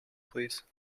please